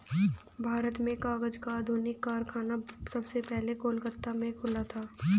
भारत में कागज का आधुनिक कारखाना सबसे पहले कलकत्ता में खुला था